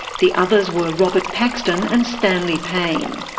the others were robert paxton and stanley payne.